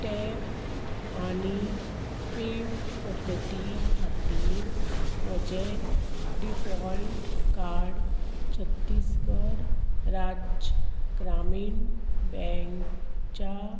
tap आनी pay पद्दती खातीर म्हजें डिफॉल्ट कार्ड छत्तीसगड राज्य ग्रामीण बँकच्या